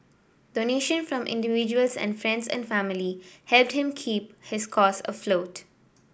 donation from individuals and friends and family helped keep his cause afloat